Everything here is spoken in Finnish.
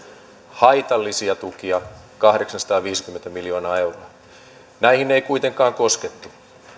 haitallisia tukia kahdeksansataaviisikymmentä miljoonaa euroa näihin ei kuitenkaan koskettu